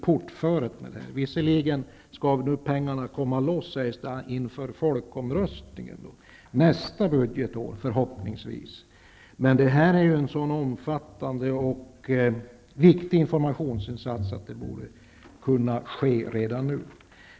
Det sägs nu visserligen att pengarna skall släppas loss inför folkomröstningen, förhoppningsvis nästa budgetår, men det gäller här en så viktig och omfattande informationsinsats att det borde kunna ske redan nu.